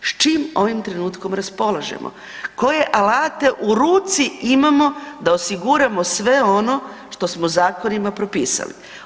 S čim ovim trenutkom raspolažemo, koje alate u ruci imao da osiguramo sve ono što smo zakonima propisali?